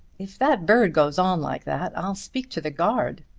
if that bird goes on like that i'll speak to the guard,